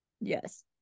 yes